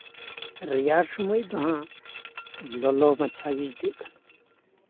ᱨᱮᱭᱟᱲ ᱥᱚᱢᱚᱭ ᱫᱚ ᱦᱟᱸᱜ ᱞᱚᱞᱚ ᱢᱟᱪᱷᱟ ᱜᱮ ᱟᱹᱭᱠᱟᱹᱜ ᱠᱟᱱᱟ